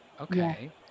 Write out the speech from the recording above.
Okay